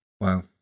Wow